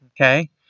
Okay